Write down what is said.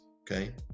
okay